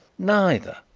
neither.